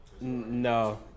No